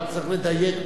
אבל צריך לדייק בדברים.